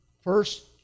First